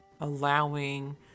Allowing